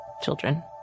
children